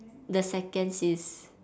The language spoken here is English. the second sis